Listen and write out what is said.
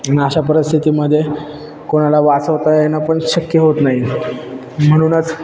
आणि अशा परिस्थितीमध्ये कोणाला वाचवता येणं पण शक्य होत नाही म्हणूनच